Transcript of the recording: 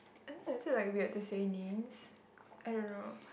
and then like we have to say name I don't know